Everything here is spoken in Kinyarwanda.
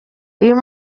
uyu